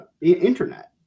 internet